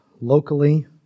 locally